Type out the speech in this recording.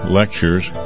lectures